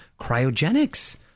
cryogenics